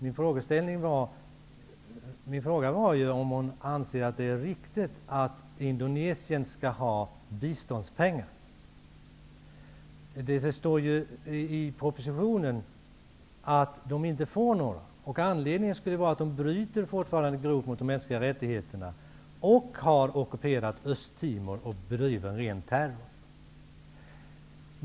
Min fråga var ju om hon anser att det är riktigt att Indonesien skall ha biståndspengar. Det står i propositionen att Indonesien inte får några, och anledningen skulle vara att regimen fortfarande bryter grovt mot de mänskliga rättigheterna, att Indonesien har ockuperat Östtimor och bedriver ren terror.